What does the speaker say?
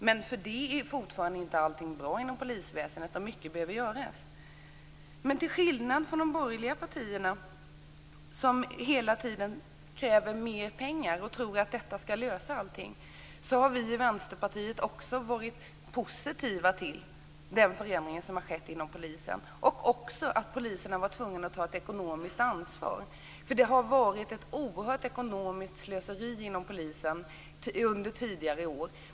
Men därmed är inte allting bra inom polisväsendet. Mycket behöver göras. De borgerliga partierna kräver hela tiden mer pengar och tror att det skall lösa allt. Vi i Vänsterpartiet har varit positiva till den förändring som skett inom polisen. Polisen har varit tvungen att ta ett ekonomiskt ansvar. Det har varit ett oerhört ekonomiskt slöseri inom polisen under tidigare år.